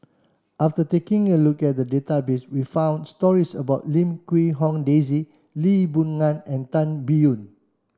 after taking a look at the database we found stories about Lim Quee Hong Daisy Lee Boon Ngan and Tan Biyun